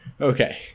okay